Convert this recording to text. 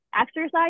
exercise